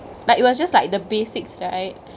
like it was just like the basics right